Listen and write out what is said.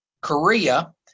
Korea